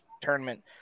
tournament